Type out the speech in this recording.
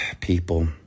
people